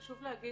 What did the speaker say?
חשוב להגיד